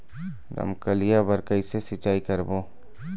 रमकलिया बर कइसे सिचाई करबो?